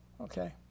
Okay